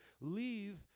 leave